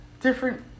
different